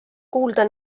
kuulda